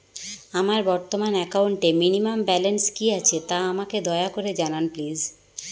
আমার বর্তমান একাউন্টে মিনিমাম ব্যালেন্স কী আছে তা আমাকে দয়া করে জানান প্লিজ